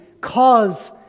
cause